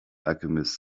alchemist